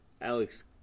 Alex